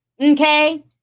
Okay